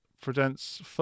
presents